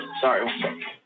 sorry